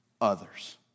others